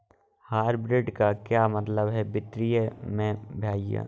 Hybrid का क्या मतलब है वित्तीय में भैया?